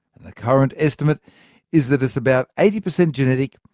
and the current estimate is that it's about eighty per cent genetic,